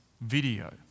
video